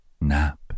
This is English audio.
nap